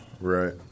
Right